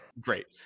Great